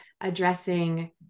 addressing